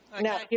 Now